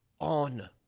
on